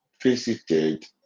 visited